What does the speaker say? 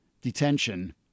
detention